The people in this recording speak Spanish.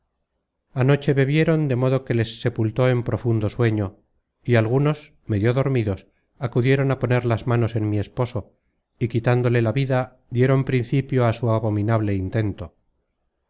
anoche bebieron de modo que les sepultó en profundo sueño y algunos medio dormidos acudieron á poner las manos en mi esposo y quitándole la vida dieron principio á su abominable intento